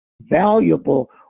valuable